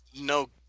no